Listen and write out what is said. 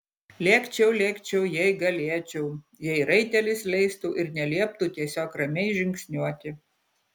lėkčiau lėkčiau jei galėčiau jei raitelis leistų ir nelieptų tiesiog ramiai žingsniuoti